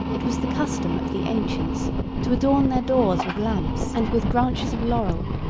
it was the custom of the ancients to adorn their doors with lamps and with branches of laurel,